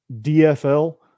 DFL